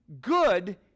good